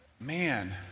man